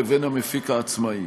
לבין המפיק העצמאי.